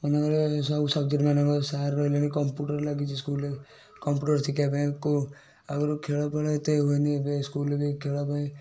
ମାନଙ୍କରେ ସବୁ ସବଜେକ୍ଟ ମାନଙ୍କରେ ସାର୍ ରହିଲେଣି କମ୍ପୁଟର୍ ଲାଗିଛି ସ୍କୁଲ୍ରେ କମ୍ପୁଟର୍ ଶିଖେଇବା ପାଇଁ ଆଗୁରୁ ଖେଳଫେଳ ଏତେ ହୁଏନି ଏବେ ସ୍କୁଲ୍ରେ ଖେଳ ପାଇଁ